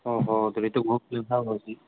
ओहो तर्हि तु बहुचिन्ता भवति